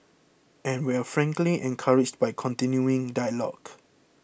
and we're frankly encouraged by the continuing dialogue